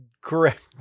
correct